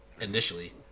initially